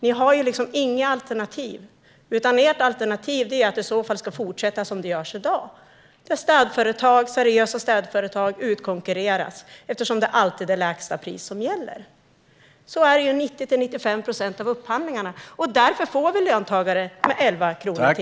Ni har inga alternativ, utom att det ska fortsätta som i dag, så att seriösa städföretag utkonkurreras eftersom det alltid är lägsta pris som gäller. Så är det i 90-95 procent av upphandlingarna. Därför får vi löntagare med 11 kronor i timmen.